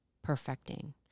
Perfecting